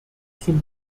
zum